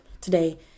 today